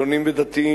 חילונים ודתיים,